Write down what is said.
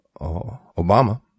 Obama